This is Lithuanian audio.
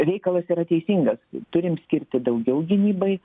reikalas yra teisingas turim skirti daugiau gynybai